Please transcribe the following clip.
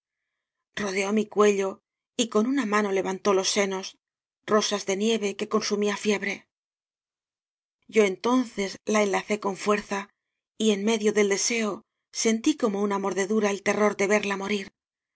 rodeó mi cuello y con una mano levan tó los senos rosas de nieve que consumía la fiebre yo entonces la enlacé con fuerza y en medio del deseo sentí como una morde dura el terror de verla morir